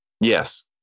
Yes